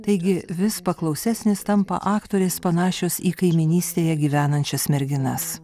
taigi vis paklausesnės tampa aktorės panašios į kaimynystėje gyvenančias merginas